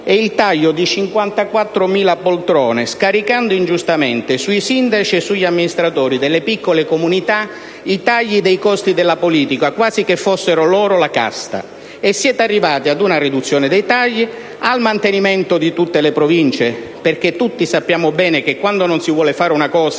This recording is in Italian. il taglio di 54.000 poltrone, scaricando ingiustamente sui sindaci e sugli amministratori delle piccole comunità i tagli dei costi della politica, quasi che fossero loro la casta. Siete arrivati ad una riduzione dei tagli, al mantenimento di tutte le Province (perché sappiamo tutti che quando non si vuole fare una cosa